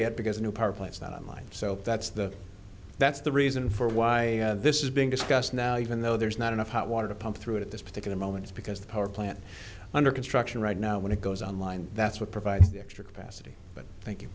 it because new power plants not unlike so that's the that's the reason for why this is being discussed now even though there's not enough hot water to pump through it at this particular moment because the power plant under construction right now when it goes on line that's what provides the extra capacity but thank